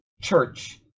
church